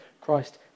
Christ